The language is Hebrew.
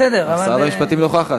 בסדר, שרת המשפטים נוכחת.